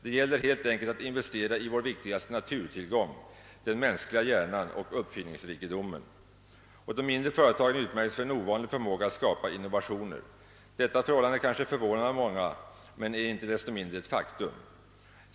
Det gäller helt enkelt att investera i vår viktigaste naturtillgång, den mänskliga hjärnan och uppfinningsrikedomen. De mindre företagen utmärks för en ovanlig förmåga att skapå innovationer. Detta förhållande kan ske förvånar många men är icke desto mindre ett faktum.